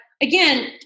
again